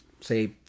say